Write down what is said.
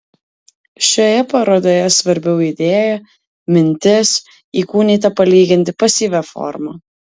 šioje parodoje svarbiau idėja mintis įkūnyta palyginti pasyvia forma